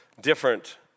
different